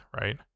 right